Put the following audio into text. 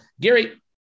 gary